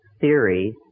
theory